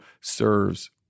serves